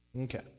Okay